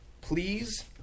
please